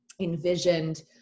envisioned